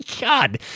God